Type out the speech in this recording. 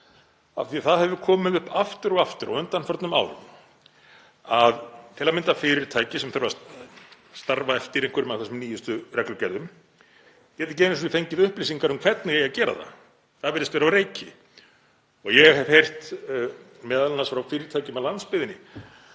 Af því að það hefur komið upp aftur og aftur á undanförnum árum að til að mynda fyrirtæki sem þurfa að starfa eftir einhverjum af þessum nýjustu reglugerðum geta ekki einu sinni fengið upplýsingar um hvernig eigi að gera það. Það virðist vera á reiki. Ég hef heyrt, m.a. frá fyrirtækjum á landsbyggðinni,